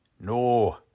No